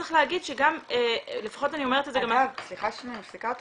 צריך להגיד --- סליחה שאני מפסיקה אותך.